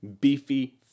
beefy